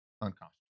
unconstitutional